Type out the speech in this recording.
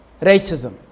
racism